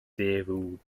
derw